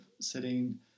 sitting